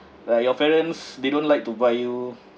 like your parents they don't like to buy you